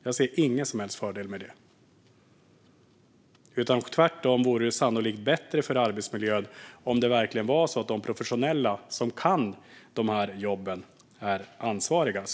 Jag ser ingen som helst fördel med det. Tvärtom vore det sannolikt bättre för arbetsmiljön om de professionella, som kan jobben, är ansvariga.